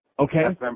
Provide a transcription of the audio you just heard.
Okay